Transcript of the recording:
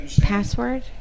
Password